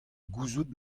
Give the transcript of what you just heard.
gouzout